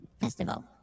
festival